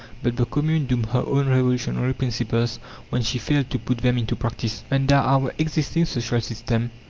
but the commune doomed her own revolutionary principles when she failed to put them into practice. under our existing social system,